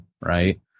right